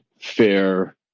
fair